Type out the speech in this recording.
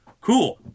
cool